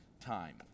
time